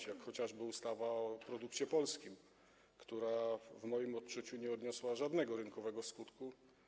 Dotyczy to chociażby ustawy o produkcie polskim, która, w moim odczuciu, nie przyniosła żadnego rynkowego skutku.